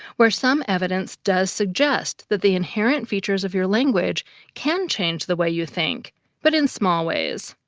where some evidence does suggest that the inherent features of your language can change the way you think but in small ways.